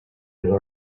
new